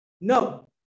No